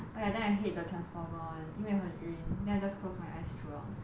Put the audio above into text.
okay I then I hate the transformer [one] 因为很晕 then I just close my eyes throughout